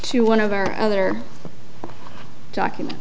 to one of our other document